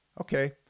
Okay